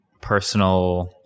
personal